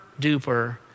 duper